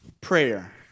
Prayer